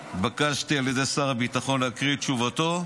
התבקשתי על ידי שר הביטחון להקריא את תשובתו,